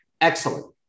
Excellent